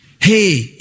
Hey